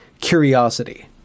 curiosity